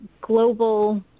global